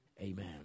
Amen